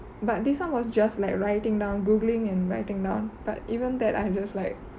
but this one was just like writing down googling and writing down but even that I'm just like